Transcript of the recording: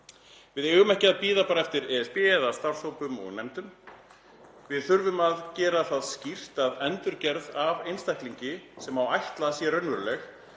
Við eigum ekki að bíða eftir ESB eða starfshópum og nefndum. Við þurfum að gera það skýrt að endurgerð af einstaklingi sem má ætla að sé raunveruleg,